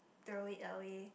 throw it away